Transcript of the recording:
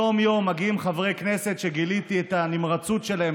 יום-יום מגיעים חברי כנסת שגיליתי את הנמרצות שלהם,